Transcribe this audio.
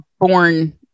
born